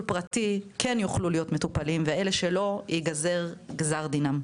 פרטי כן יוכלו להיות מטופלים ואלו שלא ייגזר גזר דינם,